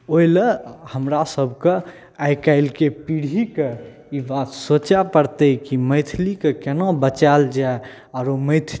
ओहिलए हमरासबके आइकाल्हिके पीढ़ीके ई बात सोचै पड़तै कि मैथिलीके कोना बचाओल जाए आओर मैथिली